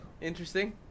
interesting